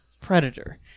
predator